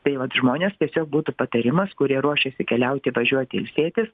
tai vat žmonės tiesiog būtų patarimas kurie ruošiasi keliauti važiuoti ilsėtis